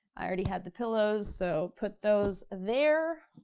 i already had the pillows so put those there.